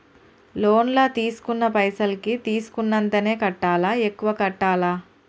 Loan లా తీస్కున్న పైసల్ కి తీస్కున్నంతనే కట్టాలా? ఎక్కువ కట్టాలా?